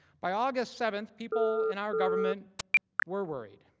by august seven, people in our government were worried.